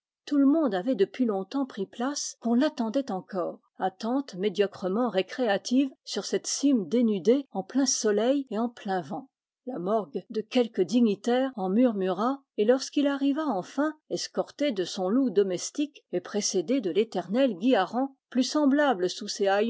tout le monde avait depuis longtemps pris place qu'on l'attendait encore attente médiocrement récréative sur cette cime dénudée en plein soleil et en plein vent la morgue de quelques dignitaires en murmura et lorsqu'il arriva enfin escorté de son loup domestique et précédé de l'éternel guiharan plus semblable sous ses